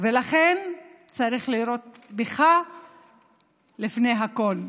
ולכן צריך לירות בך לפני הכול,